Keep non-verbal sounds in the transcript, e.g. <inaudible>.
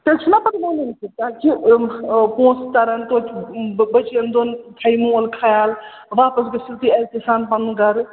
تیٚلہِ چھُنا پَتہٕ <unintelligible> پونٛسہٕ تَرَن تویتہِ بٔچِیَن دۄن تھَوِ مول خیال واپَس گٔژھِو تُہۍ عزتہٕ سان پَنُن گَرٕ